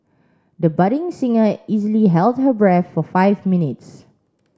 the budding singer easily held her breath for five minutes